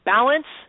Balance